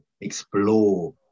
explore